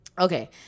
Okay